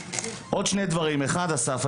עוד שני דברים: אחד אסף,